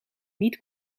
niet